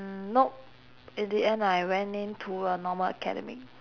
mm nope in the end I went in to a normal academic